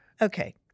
Okay